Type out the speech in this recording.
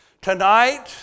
Tonight